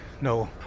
no